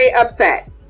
upset